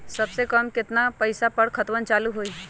सबसे कम केतना पईसा पर खतवन चालु होई?